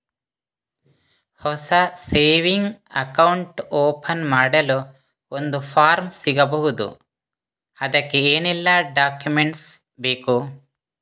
ಹೊಸ saving account open ಮಾಡಲು ಒಂದು ಫಾರ್ಮ್ ಸಿಗಬಹುದು? ಅದಕ್ಕೆ ಏನೆಲ್ಲಾ ಡಾಕ್ಯುಮೆಂಟ್ಸ್ ಬೇಕು?